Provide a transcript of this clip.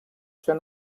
schwer